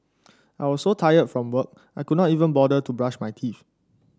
I was so tired from work I could not even bother to brush my teeth